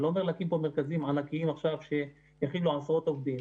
אני לא מבקש להקים מרכזים ענקיים שיכילו עשרות עובדים,